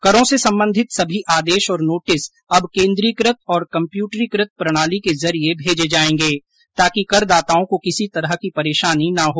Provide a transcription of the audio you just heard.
करों से संबंधित सभी आदेश और नोटिस अब केंद्रीकृत और कम्यूटरीकृत प्रणाली के जरिये भेजे जाएंगे ताकि करदाताओं को किसी तरह की परेशानी न हो